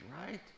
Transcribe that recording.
right